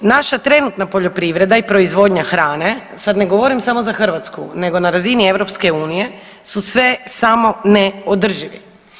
Naša trenutna poljoprivreda i proizvodnja hrane, sad ne govorim samo za Hrvatsku nego na razini EU su sve samo ne održivi.